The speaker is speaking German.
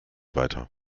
weiter